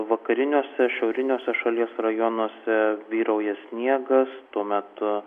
vakariniuose šiauriniuose šalies rajonuose vyrauja sniegas tuo metu